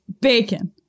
Bacon